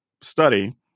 study